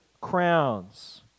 crowns